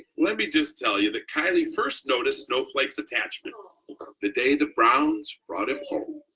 let me just tell you the kiley first noticed snowflake's attachment the day the browns brought him home.